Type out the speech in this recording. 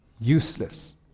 Useless